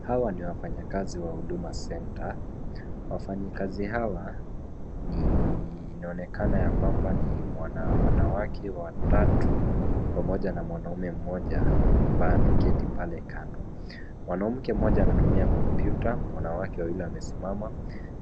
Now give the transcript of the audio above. Hawa ni wafanyakazi wa huduma centre , wafanyikazi hawa ni inaonekana ya kwamba ni wanawake watatu pamoja na mwanaume mmoja ambaye ameketi pale kando. Mwanamke mmoja anatumia kompyuta, wanawake wawili wamesimama na